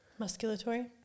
Musculatory